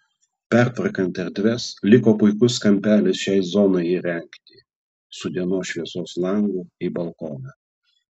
pertvarkant erdves liko puikus kampelis šiai zonai įrengti su dienos šviesos langu į balkoną